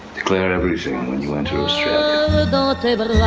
declare everything when you enter you know ah but